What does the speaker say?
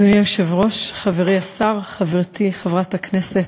אדוני היושב-ראש, חברי השר, חברתי חברת הכנסת